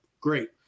Great